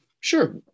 sure